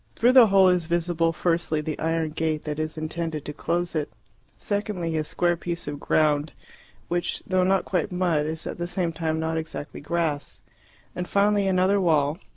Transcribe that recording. through the hole is visible, firstly, the iron gate that is intended to close it secondly, a square piece of ground which, though not quite, mud, is at the same time not exactly grass and finally, another wall,